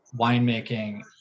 winemaking